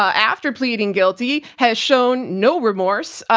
ah after pleading guilty, has shown no remorse.